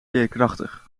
veerkrachtig